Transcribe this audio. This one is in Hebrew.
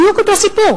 בדיוק אותו סיפור.